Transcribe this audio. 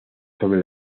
sobre